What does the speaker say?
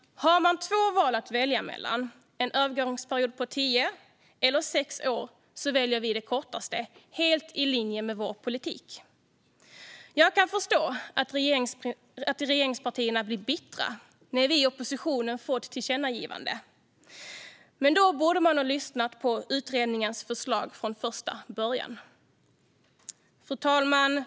Har man två saker att välja mellan, en övergångsperiod på tio eller sex år, så väljer vi det kortaste helt i linje med vår politik. Jag kan förstå att regeringspartierna blir bittra när vi i oppositionen får igenom ett tillkännagivande, men då borde man ha lyssnat på utredningens förslag från första början.